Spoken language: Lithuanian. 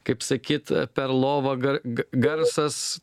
kaip sakyt per lovą ga g garsas